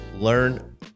Learn